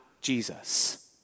Jesus